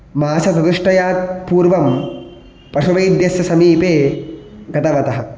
मासचतुष्टयात् पूर्वं पशुवैद्यस्य समीपे गतवतः